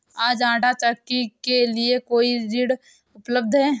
क्या आंटा चक्की के लिए कोई ऋण उपलब्ध है?